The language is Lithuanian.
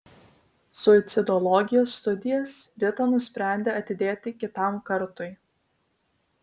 suicidologijos studijas rita nusprendė atidėti kitam kartui